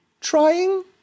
trying